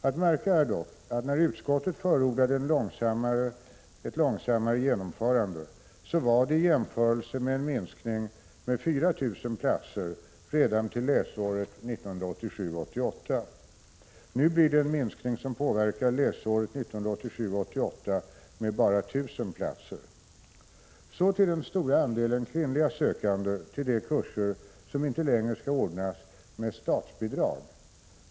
Att märka är dock att när utskottet förordade ett långsammare genomförande så var det i jämförelse med en minskning med 4 000 platser redan till läsåret 1987 88 bara 1 000 platser. Så till den stora andelen kvinnliga sökande till de kurser som inte längre skall anordnas med statsbidrag.